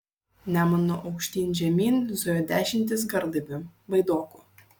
nemunu aukštyn žemyn zujo dešimtys garlaivių baidokų